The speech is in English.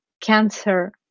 cancer